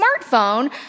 smartphone